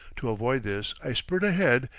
to avoid this, i spurt ahead,